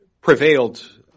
prevailed